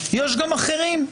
יש גם אחרים,